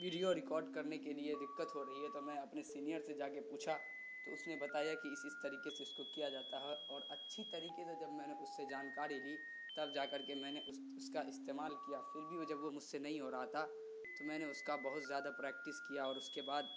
video record کرنے کے لیے دقت ہو رہی ہے تو میں اپنے سینئر سے جا کے پوچھا تو اس نے بتایا کہ اس اس طریقے سے اس کو کیا جاتا ہے اور اچھی طریقے سے جب میں نے اس سے جانکاری لی تب جا کر کے میں نے اس اس کا استعمال کیا پھر بھی وہ جب وہ مجھ سے نہیں ہو رہا تھا تو میں نے اس کا بہت زیادہ پریکٹس کیا اور اس کے بعد